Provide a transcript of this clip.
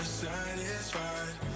satisfied